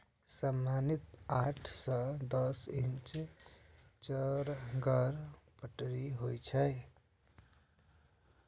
सामान्यतः आठ सं दस इंच चौड़गर पट्टी होइ छै